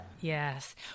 Yes